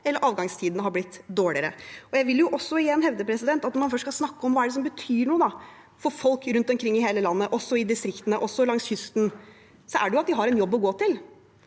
eller at avgangstidene har blitt dårligere. Jeg vil også igjen hevde at når man først skal snakke om hva som betyr noe for folk rundt omkring i hele landet, også i distriktene, også langs kysten, er det jo at de har en jobb å gå til.